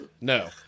no